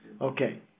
Okay